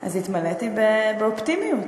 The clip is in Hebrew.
אז התמלאתי באופטימיות.